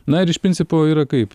na ir iš principo yra kaip